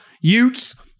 Utes